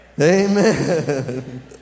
Amen